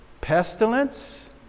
pestilence